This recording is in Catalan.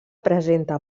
presenta